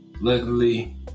Luckily